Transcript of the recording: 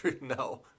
No